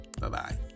Bye-bye